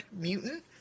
mutant